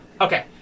Okay